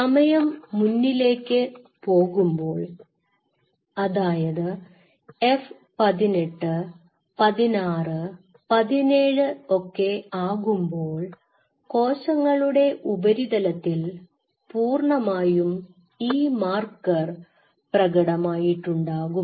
സമയം മുന്നിലേക്ക് പോകുമ്പോൾ അതായത് F 18 16 17 ഒക്കെ ആകുമ്പോൾ കോശങ്ങളുടെ ഉപരിതലത്തിൽ പൂർണമായും ഈ മാർക്കർ പ്രകടമായിട്ടുണ്ടാവും